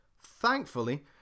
Thankfully